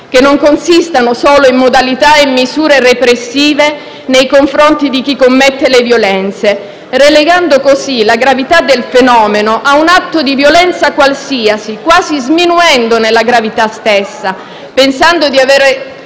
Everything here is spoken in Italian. che non consistano solo in modalità e misure repressive nei confronti di chi commette le violenze, relegando così la gravità del fenomeno a un atto di violenza qualsiasi, quasi sminuendone la gravità stessa, pensando di aver